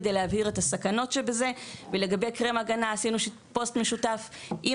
כדי להסביר את הסכנות שבזה ולגבי קרם הגנה עשינו פוסט משותף עם